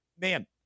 man